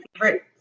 favorite